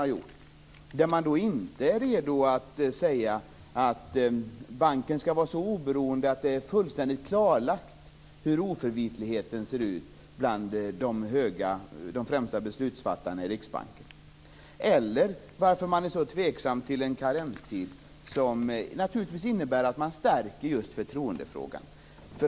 Där är ju moderaterna inte redo att säga att banken skall vara så oberoende att det är fullständigt klarlagt hur oförvitligheten ser ut bland de främsta beslutsfattarna i Riksbanken. Och varför är moderaterna så tveksamma till en karenstid som naturligtvis innebär att man stärker förtroendefrågan?